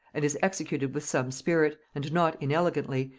and is executed with some spirit, and not inelegantly,